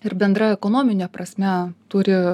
ir bendra ekonomine prasme turi